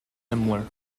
himmler